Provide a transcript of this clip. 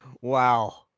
Wow